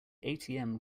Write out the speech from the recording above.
atm